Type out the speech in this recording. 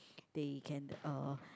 they can uh